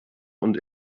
und